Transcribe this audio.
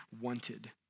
wanted